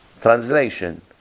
Translation